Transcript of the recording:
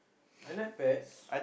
I like pets